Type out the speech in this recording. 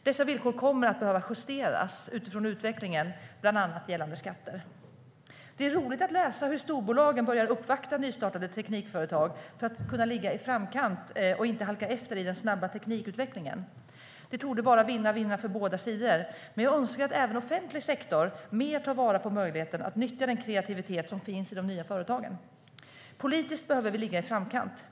Dessa villkor kommer att behöva justeras utifrån utvecklingen, bland annat gällande skatter. Det är roligt att läsa hur storbolagen börjar uppvakta nystartade teknikföretag för att kunna ligga i framkant och inte halka efter i den snabba teknikutvecklingen. Det torde vara vinn-vinn för båda sidor. Men jag önskar att även offentlig sektor mer tar vara på möjligheten att nyttja den kreativitet som finns i de nya företagen. Politiskt behöver vi ligga i framkant.